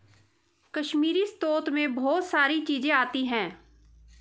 कश्मीरी स्रोत मैं बहुत सारी चीजें आती है